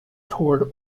toward